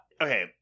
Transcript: Okay